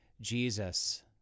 Jesus